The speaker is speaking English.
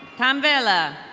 tom vayla.